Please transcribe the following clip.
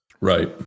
right